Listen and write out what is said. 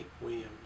Williams